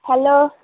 hello